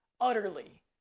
utterly